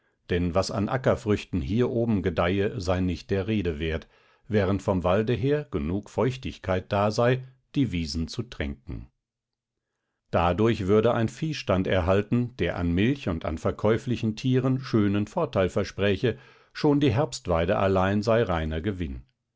denn was an ackerfrüchten hier oben gedeihe sei nicht der rede wert während vom walde her genug feuchtigkeit da sei die wiesen zu tränken dadurch würde ein viehstand erhalten der an milch und verkäuflichen tieren schönen vorteil verspräche schon die herbstweide allein sei reiner gewinn